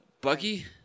Buggy